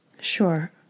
Sure